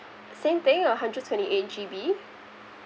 same thing a hundred twenty eight G_B